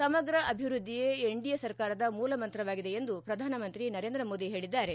ಸಮಗ್ರ ಅಭಿವೃದ್ಧಿಯೇ ಎನ್ಡಿಎ ಸರ್ಕಾರದ ಮೂಲಮಂತ್ರವಾಗಿದೆ ಎಂದು ಪ್ರಧಾನಮಂತ್ರಿ ನರೇಂದ್ರ ಮೋದಿ ಹೇಳಿದ್ದಾರೆ